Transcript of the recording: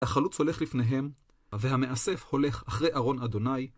החלוץ הולך לפניהם, והמאסף הולך אחרי ארון אדוני.